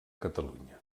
catalunya